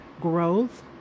growth